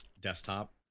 desktop